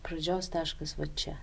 pradžios taškas va čia